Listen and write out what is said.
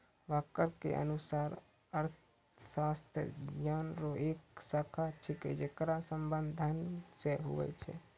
walker के अनुसार अर्थशास्त्र ज्ञान रो एक शाखा छिकै जेकर संबंध धन से हुवै छै